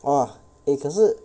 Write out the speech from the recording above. !wah! eh 可是